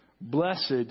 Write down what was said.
Blessed